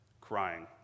crying